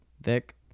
Vic